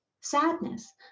Sadness